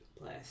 Bless